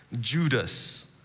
Judas